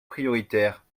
prioritaire